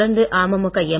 தொடர்ந்து அமமுக எம்